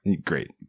Great